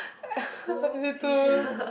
is it too